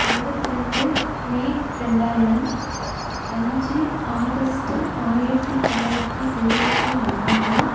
இருபத்து ரெண்டு மே ரெண்டாயிரம் அஞ்சு ஆகஸ்ட்டு ஆயிரத்தி தொள்ளாயிரத்தி எழுபத்தி நாலு